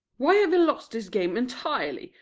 why have we lost this game entirely,